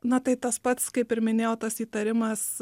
na tai tas pats kaip ir minėjau tas įtarimas